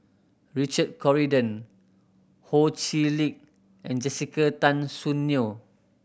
Richard Corridon Ho Chee Lick and Jessica Tan Soon Neo